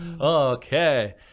okay